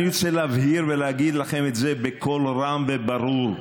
אני רוצה להבהיר ולהגיד לכם את זה בקול רם וברור,